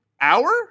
hour